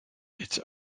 its